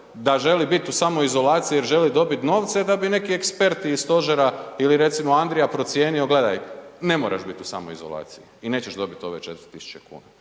da želi biti u samoizolaciji jer želi dobit novce da bi neki eksperti iz stožera ili recimo Andrija procijenio gledaj ne moraš biti u samoizolaciji i nećeš dobiti ove 4.000 kuna.